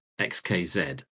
XKZ